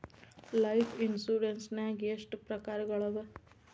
Life insurance ನ್ಯಾಗ ಎಷ್ಟ್ ಪ್ರಕಾರ್ಗಳವ?